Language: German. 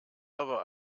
aber